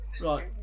Right